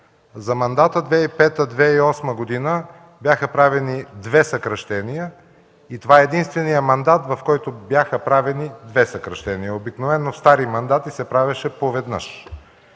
За мандата 2005-2008 г. бяха правени две съкращения, и това е единственият мандат, в който бяха правени две съкращения. Обикновено в стари мандати се правеше по веднъж.